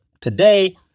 Today